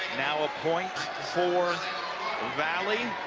now a point for valley